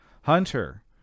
Hunter